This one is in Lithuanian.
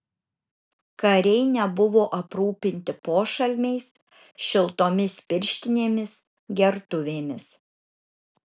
kariai nebuvo aprūpinti pošalmiais šiltomis pirštinėmis gertuvėmis